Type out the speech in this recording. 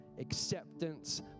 acceptance